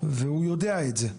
והוא יודע את זה,